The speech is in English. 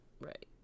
Right